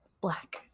black